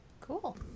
Cool